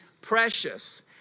precious